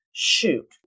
Shoot